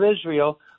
Israel